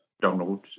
Donald